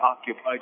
occupied